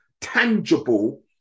tangible